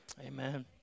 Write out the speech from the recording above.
Amen